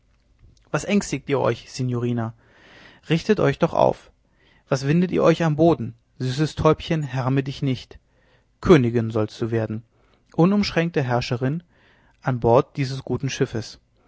was ängstet ihr euch signorina richtet euch doch auf was windet ihr euch am boden süßes täubchen härme dich nicht königin sollst du werden unumschränkte herrscherin an bord dieses guten schiffes